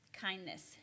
kindness